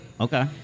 Okay